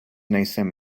nejsem